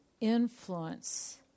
influence